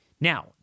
Now